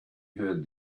heard